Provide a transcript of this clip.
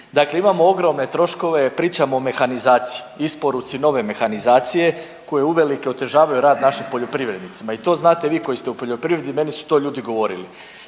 Dakle, imamo ogromne troškove, pričam o mehanizaciji, isporuci nove mehanizacije koji uvelike otežavaju rad našim poljoprivrednicima. I to znate vi koji ste u poljoprivredi, meni su to ljudi govorili.